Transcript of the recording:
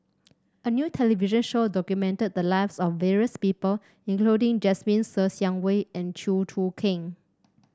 a new television show documented the lives of various people including Jasmine Ser Xiang Wei and Chew Choo Keng